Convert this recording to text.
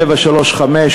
735,